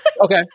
Okay